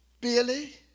Billy